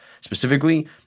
Specifically